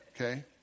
Okay